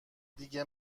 دیگه